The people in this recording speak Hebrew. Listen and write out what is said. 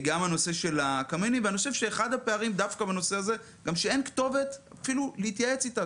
אני חושב שאחד הפערים בנושא הזה הוא שאין כתובת להתייעץ איתה.